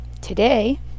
Today